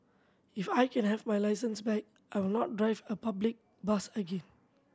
if I can have my licence back I will not drive a public bus again